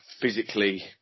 physically